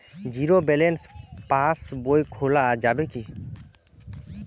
Zero balance pass বই খোলা যাবে কি?